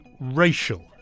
racial